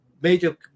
major